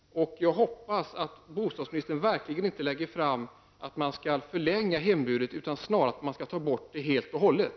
Jag hoppas att bostadsministern verkligen inte föreslår att man skall förlänga hembudet utan snarast att man skall ta bort det helt och hållet.